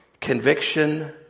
Conviction